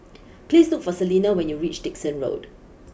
please look for Celena when you reach Dickson Road